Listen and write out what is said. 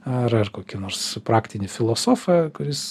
ar ar kokį nors praktinį filosofą kuris